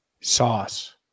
Sauce